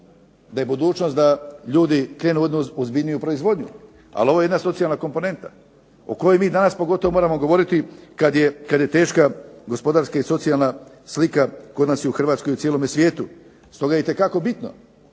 da je budućnost da ljudi krenu u jednu ozbiljniju proizvodnju. Ali ovo je jedna socijalna komponenta o kojoj mi danas pogotovo moramo govoriti kad je teška gospodarska i socijalna slika kod nas i u Hrvatskoj i u cijelome svijetu. Stoga je itekako bitno